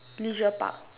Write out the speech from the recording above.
leisure Park